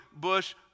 bush